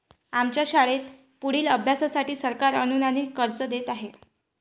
आमच्या शाळेत पुढील अभ्यासासाठी सरकार अनुदानित कर्ज देत आहे